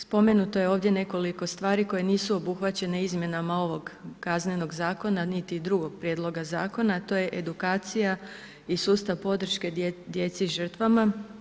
Spomenuto je ovdje nekoliko stvari koje nisu obuhvaćene izmjenama ovog kaznenog zakona niti drugog Prijedloga zakona, a to je edukacija i sustav podrške djeci žrtvama.